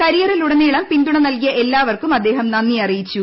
കരിയറിലുടനീളം പിന്തുണ നൽകിയ എല്ലാവർക്കും അദ്ദേഹം നന്ദി അറിയിച്ചു